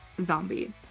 zombie